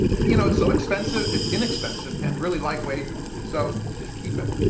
you know it's so expensive. it's inexpensive and really lightweight so you just keep it.